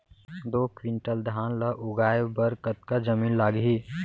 दो क्विंटल धान ला उगाए बर कतका जमीन लागही?